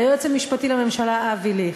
היועץ המשפטי לממשלה אבי ליכט.